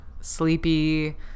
Sleepy